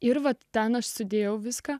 ir vat ten sudėjau viską